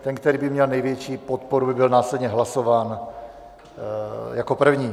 Ten, který by měl největší podporu, by byl následně hlasován jako první.